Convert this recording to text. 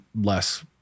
less